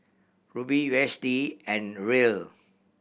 Ruble U S D and Riel